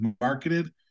marketed